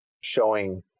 Showing